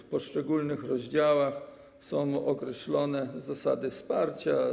W poszczególnych rozdziałach są określone zasady wsparcia.